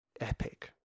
epic